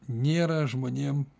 nėra žmonėm